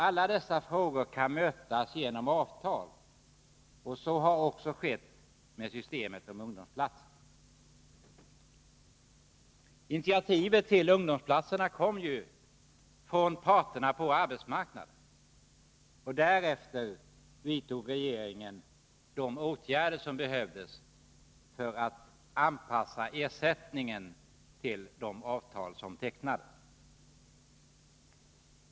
Alla dessa behov kan tillgodoses genom avtal. Så har också skett i systemet med ungdomsplatser. Initiativet till det kom ju från parterna på arbetsmarknaden, och därefter vidtog regeringen de åtgärder som krävdes för att anpassa ersättningen till de avtal som tecknats.